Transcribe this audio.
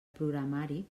programari